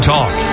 Talk